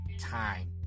time